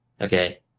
Okay